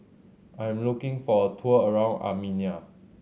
I am looking for a tour around Armenia